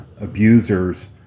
abusers